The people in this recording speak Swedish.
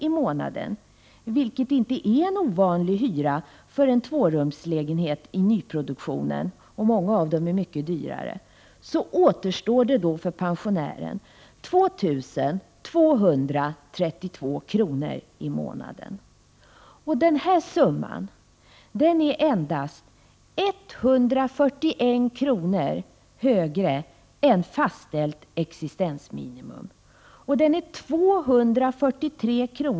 i månaden, vilket inte är en ovanlig hyra för en tvårumslägenhet i nyproduktion — många är mycket dyrare — återstår 2 232 kr. i månaden för pensionären. Denna summa är endast 141 kr. högre än fastställt existensminimum och 243 kr.